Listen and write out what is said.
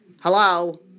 hello